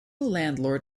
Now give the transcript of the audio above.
landlord